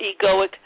egoic